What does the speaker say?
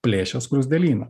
plėšia skruzdėlyną